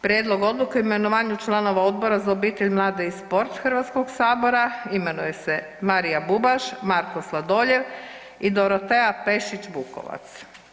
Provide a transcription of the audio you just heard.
Prijedlog odluke o imenovanju članova Odbora za obitelj, mlade i sport Hrvatskog sabora imenuje se Marija Bubaš, Marko Sladoljev i Dorotea Pešić Bukovac.